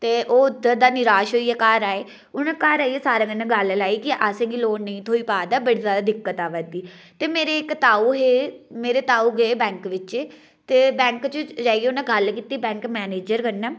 ते ओह् दादा निराश होइयै घर आए उ'नें घर आइयै सारें कन्नै गल्ल लाई के असें ई लोन नेईं थ्होई पा रदा बड़ी जादा दिक्कत आवा दी ते मेरे इक्क ताऊ हे मेरे ताऊ गे बैंक बिच ते बैंक च जाइयै उ'नें गल्ल कीती बैंक मैनेजर कन्नै